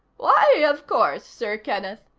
why, of course, sir kenneth.